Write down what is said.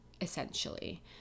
essentially